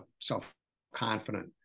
self-confident